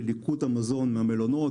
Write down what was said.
של ליקוט המזון מהמלונות,